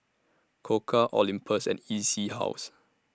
Koka Olympus and E C House